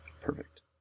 Perfect